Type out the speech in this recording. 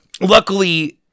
luckily